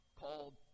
called